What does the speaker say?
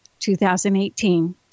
2018